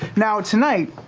now tonight,